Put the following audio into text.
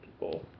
people